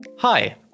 Hi